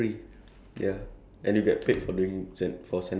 technically ya lah because you get to travel like the whole Singapore [what]